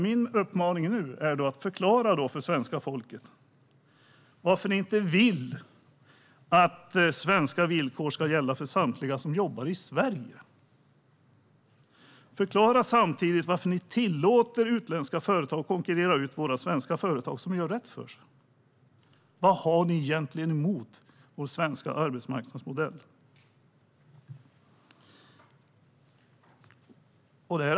Jag uppmanar er att förklara för svenska folket varför ni inte vill att svenska villkor ska gälla för samtliga som jobbar i Sverige. Förklara samtidigt varför ni tillåter utländska företag att konkurrera ut våra svenska företag som gör rätt för sig. Vad har ni egentligen emot vår svenska arbetsmarknadsmodell?